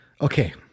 Okay